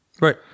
Right